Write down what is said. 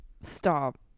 Stop